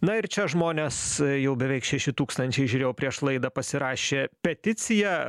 na ir čia žmonės jau beveik šeši tūkstančiai žiūrėjau prieš laidą pasirašė peticiją